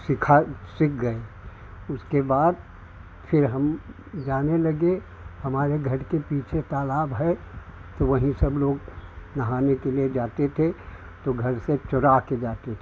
सिखा सिख गए उसके बाद फिर हम जाने लगे हमारे घर के पीछे तालाब है तो वही सब लोग नहाने के लिए जाते थे तो घर से चुराकर जाते थे